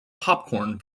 popcorn